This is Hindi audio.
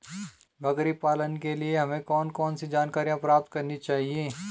बकरी पालन के लिए हमें कौन कौन सी जानकारियां प्राप्त करनी चाहिए?